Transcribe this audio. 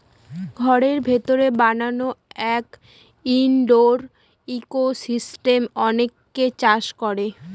ঘরের ভিতরে বানানো এক ইনডোর ইকোসিস্টেম অনেকে চাষ করে